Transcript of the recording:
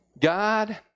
God